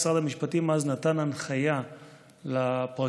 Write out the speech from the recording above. משרד המשפטים נתן אז הנחיה לפרקליטות